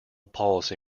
policy